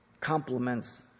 complements